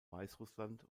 weißrussland